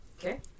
Okay